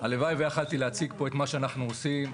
הלוואי ויכולתי להציג פה את מה שאנחנו עושים.